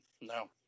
no